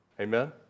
Amen